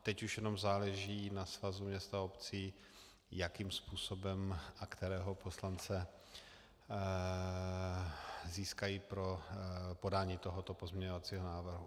Teď už jenom záleží na Svazu měst a obcí, jakým způsobem a kterého poslance získají pro podání tohoto pozměňovacího návrhu.